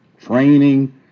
training